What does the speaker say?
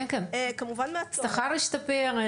כמובן מהצורך --- השכר השתפר,